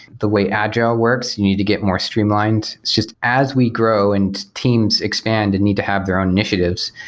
the way agile works, you need to get more streamlined. it's just as we grow and teams expand and need to have their own initiatives,